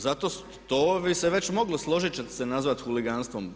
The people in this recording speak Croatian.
Zato to bi se već mogli složiti ćete se nazvati huliganstvom.